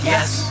Yes